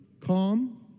calm